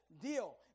Deal